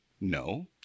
No